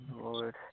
Lord